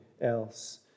else